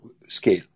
scale